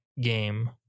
game